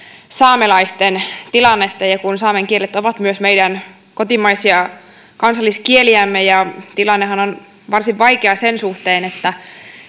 saamelaisten tilannetta saamen kielet ovat myös meidän kotimaisia kansalliskieliämme ja tilannehan on varsin vaikea sen suhteen että